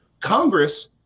Congress –